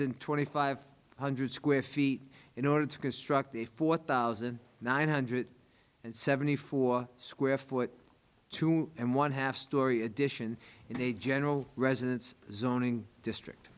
than twenty five hundred square feet in order to construct a four thousand nine hundred seventy four square foot two and one half story addition in the general residence zoning district